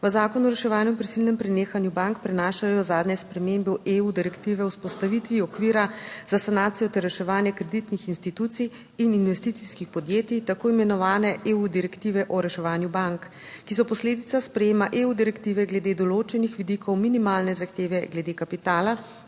v Zakon o reševanju in prisilnem prenehanju bank prenašajo zadnje spremembe v EU direktive o vzpostavitvi okvira za sanacijo ter reševanje kreditnih institucij in investicijskih podjetij, tako imenovane EU direktive o reševanju bank, ki so posledica sprejema EU direktive glede določenih vidikov minimalne zahteve glede kapitala